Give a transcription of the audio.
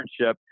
internship